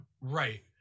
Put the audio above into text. Right